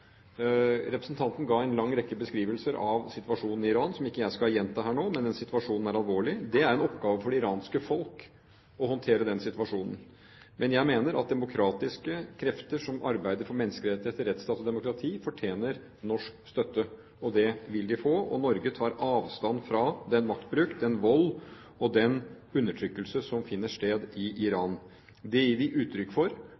som jeg ikke skal gjenta her nå, men situasjonen er alvorlig. Det er en oppgave for det iranske folk å håndtere den situasjonen. Jeg mener at demokratiske krefter, som arbeider for menneskerettigheter, rettsstat og demokrati, fortjener norsk støtte. Og det vil de få. Norge tar avstand fra den maktbruk, den vold og den undertrykkelse som finner sted i Iran. Det gir vi uttrykk for